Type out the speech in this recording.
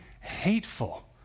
hateful